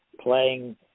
playing